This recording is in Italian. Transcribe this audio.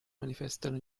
manifestano